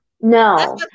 No